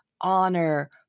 honor